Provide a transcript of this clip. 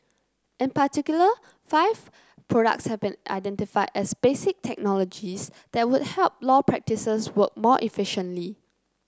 in particular five products have been identified as basic technologies that would help law practices work more efficiently